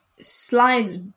slides